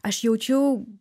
aš jaučiau